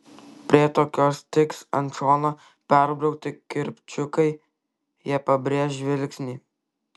prie tokios tiks ant šono perbraukti kirpčiukai jie pabrėš žvilgsnį